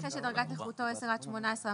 לנכה שדרגת נכותו מ-10% עד 18%